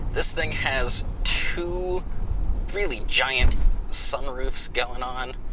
this thing has two really giant sunroofs going on.